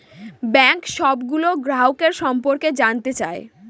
bank সবগুলো গ্রাহকের সম্পর্কে জানতে চায়